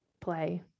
play